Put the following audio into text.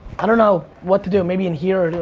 i don't know what to do, maybe in here,